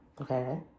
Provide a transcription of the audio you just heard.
Okay